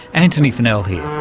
antony funnell here.